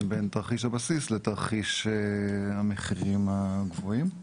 בין תרחיש הבסיס לתרחיש המחירים הגבוהים.